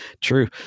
True